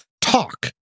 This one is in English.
Talk